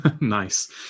Nice